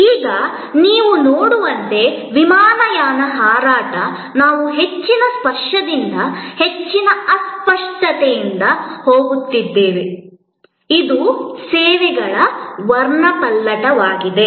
ಈಗ ನೀವು ನೋಡುವಂತೆ ವಿಮಾನಯಾನ ಹೋರಾಟ ನಾವು ಹೆಚ್ಚಿನ ಸ್ಪರ್ಶದಿಂದ ಹೆಚ್ಚಿನ ಅಸ್ಪಷ್ಟತೆಗೆ ಹೋಗುತ್ತಿದ್ದೇವೆ ಇದು ಸೇವೆಗಳ ವರ್ಣಪಟಲವಾಗಿದೆ